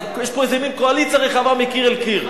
אז יש פה מין קואליציה רחבה מקיר לקיר.